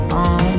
on